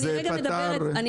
אני רגע מדברת,